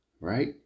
right